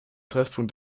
treffpunkt